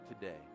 today